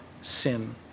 sin